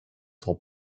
zur